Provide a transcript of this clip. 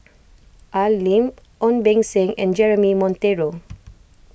Al Lim Ong Beng Seng and Jeremy Monteiro